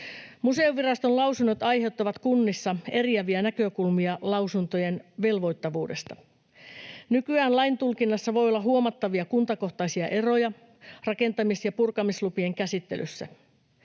Museoviraston lausunnot aiheuttavat kunnissa eriäviä näkökulmia lausuntojen velvoittavuudesta. Nykyään lain tulkinnassa voi olla huomattavia kuntakohtaisia eroja rakentamis- ja purkamislupien käsittelyssä.